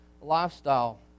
lifestyle